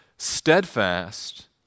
Steadfast